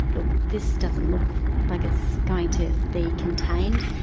look, this doesn't look like it's going to be contained,